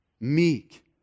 meek